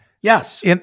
Yes